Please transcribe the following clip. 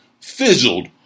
fizzled